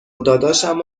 داداشم